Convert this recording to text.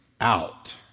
out